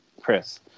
Chris